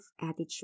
attitude